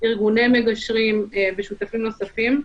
ארגוני מגשרים ושותפים נוספים.